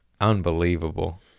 Unbelievable